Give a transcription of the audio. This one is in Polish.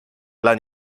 dla